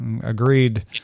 agreed